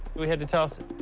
we had to toss it.